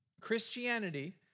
Christianity